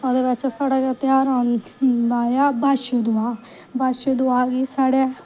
ओह्दै बाद च साढ़ै ध्यार आंदा ऐ बच्छदुआह् दा बच्छ दुआह् गी साढ़ै